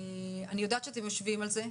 אני יודעת שאתם יושבים על זה.